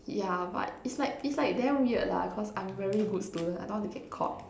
yeah but it's like it's like damn weird lah cause I'm very good student I don't want to get caught